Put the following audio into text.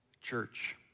church